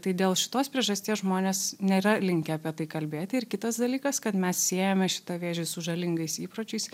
tai dėl šitos priežasties žmonės nėra linkę apie tai kalbėti ir kitas dalykas kad mes siejame šitą vėžį su žalingais įpročiais